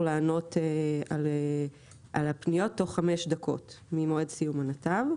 לענות על הפניות תוך חמש דקות ממועד סיום הנתב.